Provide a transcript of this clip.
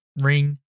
ring